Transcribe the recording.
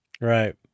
Right